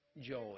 joy